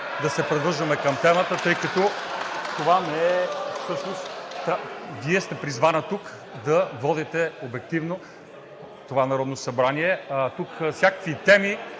да се придържаме към темата, тъй като Вие сте призвана тук да водите обективно това Народно събрание. Тук всякакви теми